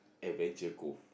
Adventure Cove